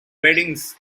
weddings